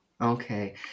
Okay